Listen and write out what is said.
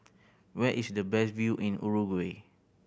where is the best view in Uruguay